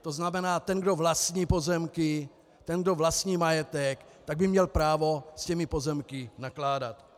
To znamená, ten, kdo vlastní pozemky, ten, kdo vlastní majetek, tak by měl právo s těmi pozemky nakládat.